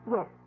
Yes